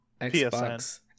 Xbox